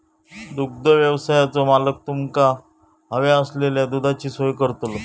दुग्धव्यवसायाचो मालक तुमका हव्या असलेल्या दुधाची सोय करतलो